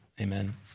Amen